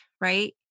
Right